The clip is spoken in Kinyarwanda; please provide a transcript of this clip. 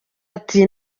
ati